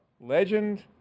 legend